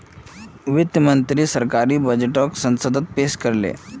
वित्त मंत्री सरकारी बजटोक संसदोत पेश कर ले